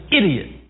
idiot